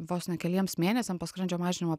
vos ne keliems mėnesiam po skrandžio mažinimo